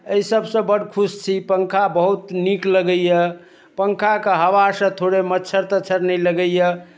एहि सभसँ बड्ड खुश छी पङ्खा बहुत नीक लगैए पङ्खाके हवासँ थोड़े मच्छर तच्छर नहि लगैए